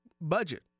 budget